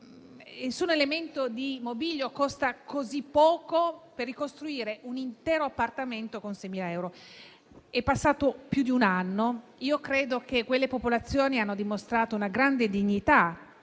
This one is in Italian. nessun elemento di mobilio costa così poco per ricostruire un intero appartamento con 6.000 euro. È passato più di un anno. Credo che quelle popolazioni abbiano dimostrato una grande dignità,